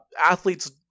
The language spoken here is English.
athletes